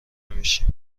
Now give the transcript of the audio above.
نمیشیم